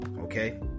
okay